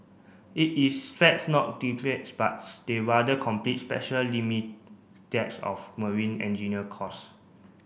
it is facts not but they rather complete special limit decks of marine engineer course